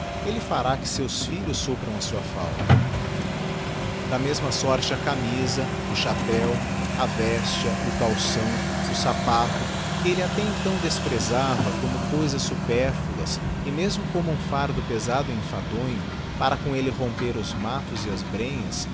efle fará que seus filhos suppram a suá falta ba mesma sorte a camisa o chapéu a vestia o calção o sapato que elle até efttãò despresava como cousas éàperãnas e mesmo como um fardo pesado e enfadonho fera com elle romper os matos e as brenhas